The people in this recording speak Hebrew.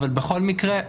אבל בכל מקרה,